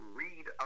read